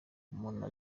umuntu